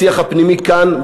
בשיח הפנימי כאן,